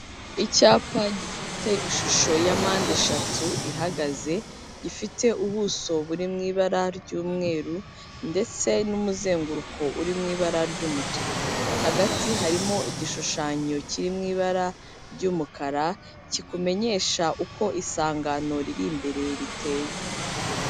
Icyapa gifite ishusho ya mpande eshatu ihagaze, gifite ubuso buri mu ibara ry'umweru, ndetse n'umuzenguruko uri mu ibara ry'umutuku, hagati harimo igishushanyo kiri mu ibara ry'umukara, kikumenyesha uko isangano riri imbere riteye.